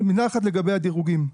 מילה אחת לגבי הדירוגים.